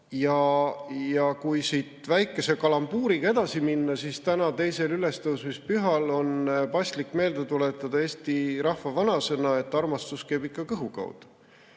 Kui siit väikese kalambuuriga edasi minna, siis täna, teisel ülestõusmispühal on paslik meelde tuletada eesti rahva vanasõna, et armastus käib ikka kõhu kaudu.